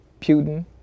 putin